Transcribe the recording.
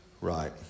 Right